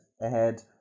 ahead